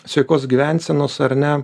sveikos gyvensenos ar ne